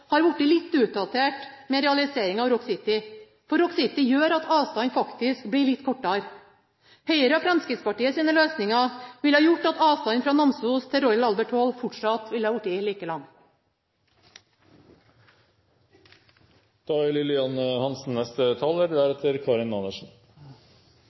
har blitt litt utdatert med realiseringa av Rock City, for Rock City gjør at avstanden faktisk blir litt kortere. Høyres og Fremskrittspartiets løsninger ville ha gjort at avstanden fra Namsos til Royal Albert Hall fortsatt ville vært like lang.